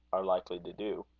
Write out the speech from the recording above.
are likely to do.